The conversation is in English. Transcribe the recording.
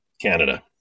canada